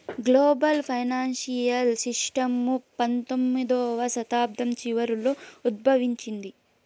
global financial system పంతొమ్మిదవ శతాబ్దం చివరలో ఉద్భవించింది